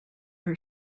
her